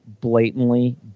blatantly